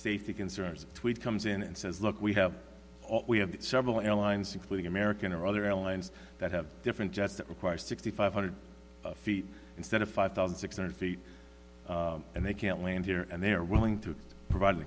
safety concerns a tweet comes in and says look we have we have several airlines including american or other airlines that have different jets that require sixty five hundred feet instead of five thousand six hundred feet and they can't land here and they are willing to provide an